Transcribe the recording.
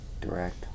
Direct